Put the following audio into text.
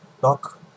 talk